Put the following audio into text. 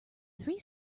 three